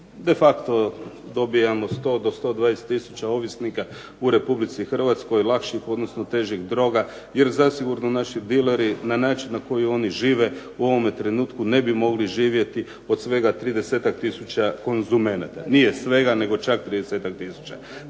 de facto dobijamo 100 do 120 tisuća ovisnika u Republici Hrvatskoj lakših odnosno težih droga jer zasigurno naši dileri na način na koji oni žive u ovome trenutku ne bi mogli živjeti od svega 30-ak tisuća konzumenata. Nije svega nego čak 30-ak tisuća.